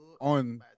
on